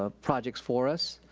ah projects for us.